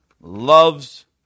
Loves